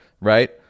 right